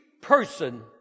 person